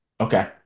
okay